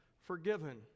forgiven